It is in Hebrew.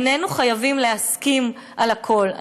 איננו חייבים להסכים על הכול,